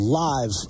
live